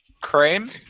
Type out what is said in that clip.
Cream